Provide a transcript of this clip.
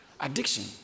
Addiction